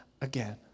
again